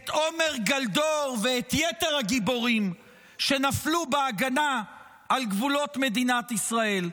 את עמר גאלדור ואת יתר הגיבורים שנפלו בהגנה על גבולות מדינת ישראל?